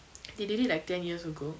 they did it like ten years ago